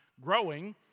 growing